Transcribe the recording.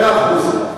מאה אחוז.